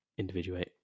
individuate